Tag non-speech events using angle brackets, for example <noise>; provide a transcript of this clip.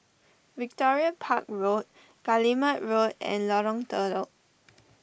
Victoria Park Road Guillemard Road and Lorong Telok <noise>